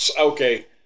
okay